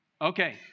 Okay